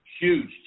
huge